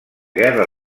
guerra